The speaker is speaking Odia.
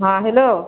ହଁ ହ୍ୟାଲୋ